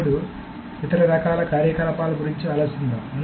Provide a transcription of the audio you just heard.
అప్పుడు ఇతర రకాల కార్యకలాపాల గురించి ఆలోచిద్దాం